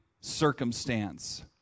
circumstance